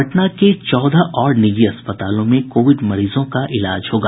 पटना के चौदह और निजी अस्पतालों में कोविड मरीजों का इलाज होगा